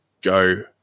go